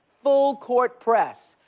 full court press.